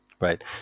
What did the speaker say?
Right